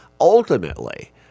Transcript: ultimately